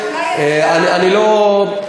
אדוני השר,